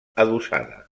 adossada